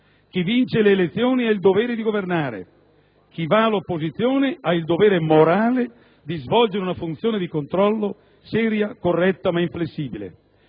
Chi vince le elezioni ha il dovere di governare, chi va all'opposizione ha il dovere morale di svolgere una funzione di controllo seria, corretta ma inflessibile.